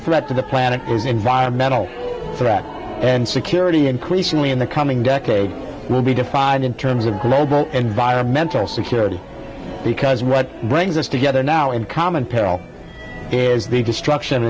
threat to the planet is environmental threat and security increasingly in the coming decade will be defined in terms of global environmental security because what brings us together now in common peril is the destruction